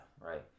Right